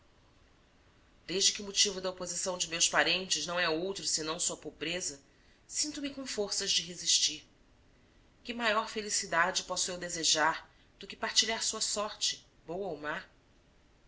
desde que o motivo da oposição de meus parentes não é outro senão sua pobreza sinto-me com forças de resistir que maior felicidade posso eu desejar do que partilhar sua sorte boa ou má